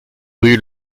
rue